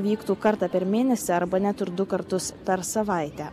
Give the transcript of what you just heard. vyktų kartą per mėnesį arba net ir du kartus per savaitę